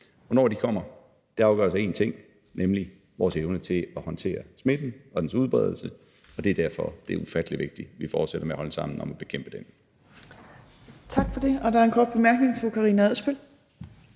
Hvornår de kommer, afgøres af én ting, nemlig vores evne til at håndtere smitten og dens udbredelse, og det er derfor, det er ufattelig vigtigt, at vi fortsætter med at holde sammen om at bekæmpe den.